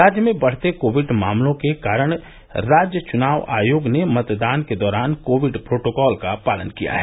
राज्य में बढ़ते कोविद मामलों के कारण राज्य चुनाव आयोग ने मतदान के दौरान कोविद प्रोटोकॉल का पालन किया है